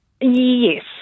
Yes